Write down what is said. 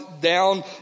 down